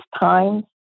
times